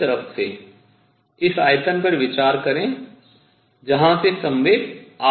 इस तरफ से इस आयतन पर विचार करें जहां से संवेग आ रहा है